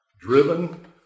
driven